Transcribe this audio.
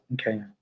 Okay